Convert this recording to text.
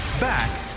Back